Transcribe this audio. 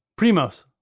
Primos